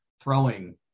throwing